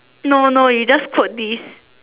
no no you just quote this